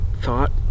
thought